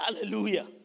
Hallelujah